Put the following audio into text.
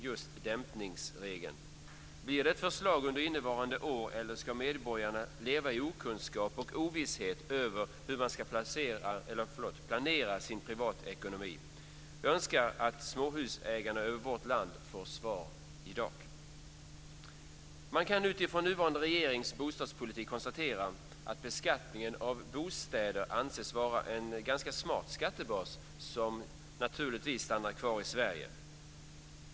Jag önskar att småhusägarna i vårt land får ett svar på den frågan i dag. Man kan utifrån den nuvarande regeringens bostadspolitik konstatera att beskattningen av bostäder anses vara en ganska smart skattebas där inkomsterna stannar kvar i Sverige.